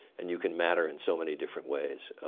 and you can matter in so many different ways.